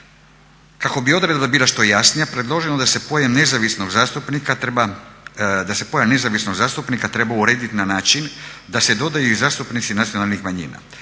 Kako bi odredba bila što jasnija predloženo je da se pojam nezavisnog zastupnika treba urediti na način da se dodaju i zastupnici nacionalnih manjina.